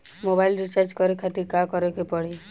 Mobile recharge करे खातिर का करे के पड़ी?